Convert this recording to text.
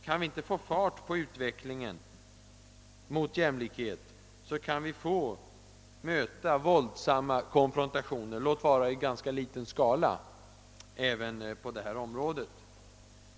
Kan vi inte få fart på utvecklingen mot jämlikhet är det risk för våldsamma konfrontationer, låt vara kanske i ganska liten skala, även på detta område.